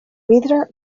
vidre